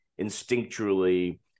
instinctually